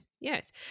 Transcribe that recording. Yes